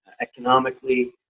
economically